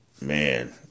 man